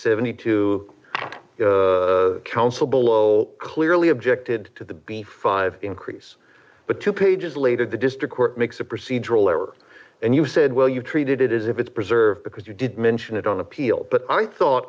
seventy two counsel below clearly objected to the b five increase but two pages later the district court makes a procedural error and you said well you treated it as if it's preserved because you did mention it on appeal but i thought